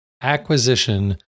acquisition